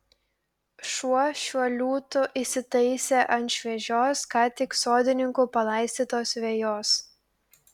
šuo šiuo liūtu įsitaisė ant šviežios ką tik sodininkų palaistytos vejos